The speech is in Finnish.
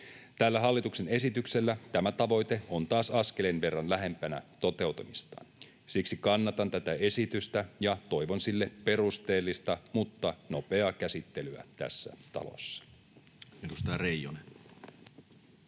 Tällä hallituksen esityksellä tämä tavoite on taas askeleen verran lähempänä toteutumistaan. Siksi kannatan tätä esitystä ja toivon sille perusteellista mutta nopeaa käsittelyä tässä talossa.